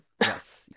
yes